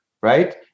right